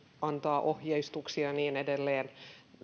antaa ohjeistuksia ja niin edelleen